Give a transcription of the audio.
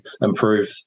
improve